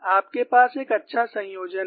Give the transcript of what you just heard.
आपके पास एक अच्छा संयोजन है